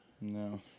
No